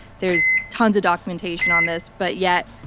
there's tons of documentation on this, but yet,